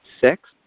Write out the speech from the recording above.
six